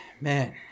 Man